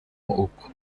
uko